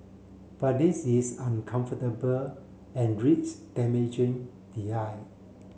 but this is uncomfortable and risk damaging the eye